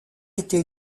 était